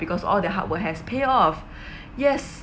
because all the hard work has pay off yes